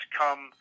come –